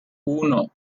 uno